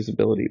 usability